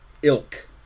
ilk